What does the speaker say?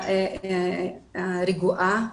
רגועה,